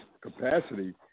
Capacity